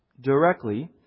directly